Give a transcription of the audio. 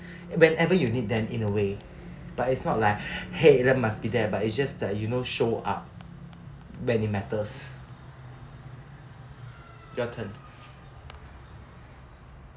whenever you need them in a way but it's not like !hey! must be there but it's just that you know show up when it matters your turn